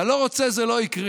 אתה לא רוצה, זה לא יקרה.